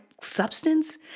Substance